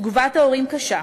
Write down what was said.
תגובת ההורים קשה.